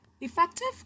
Effective